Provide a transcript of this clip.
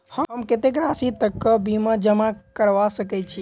हम कत्तेक राशि तकक बीमा करबा सकै छी?